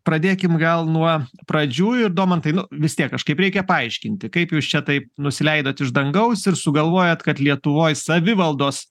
pradėkim gal nuo pradžių ir domantai nu vis tiek kažkaip reikia paaiškinti kaip jūs čia taip nusileidot iš dangaus ir sugalvojat kad lietuvoj savivaldos